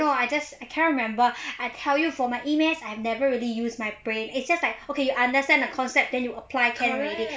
I don't know I just can't remember I tell you for my E math I have never really use my brain is just like okay I understand the concept then you apply can already